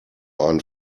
einen